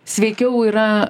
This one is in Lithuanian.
sveikiau yra